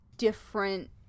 different